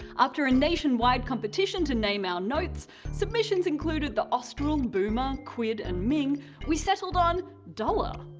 after a nationwide competition to name our notes submissions included the austral, boomer, kwid and ming we settled on dollar.